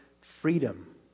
freedom